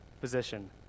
position